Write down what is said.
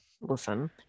Listen